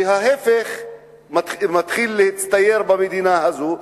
ההיפך מתחיל להצטייר במדינה הזאת,